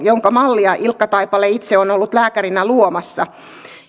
jonka mallia ilkka taipale itse on ollut lääkärinä luomassa